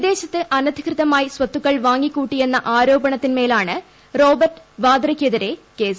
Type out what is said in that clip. വിദേശത്ത് അനധികൃതമായി സ്വത്തുക്കൾ വാങ്ങിക്കൂട്ടിയെന്ന ആരോപണത്തിൻമേലാണ് റോബർട്ട് വാദ്രയ്ക്കെതിരെ കേസ്